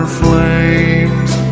flames